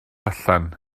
allan